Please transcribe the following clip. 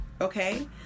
Okay